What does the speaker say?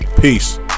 peace